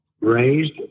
raised